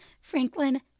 Franklin